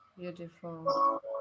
Beautiful